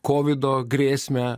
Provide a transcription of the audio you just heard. kovido grėsmę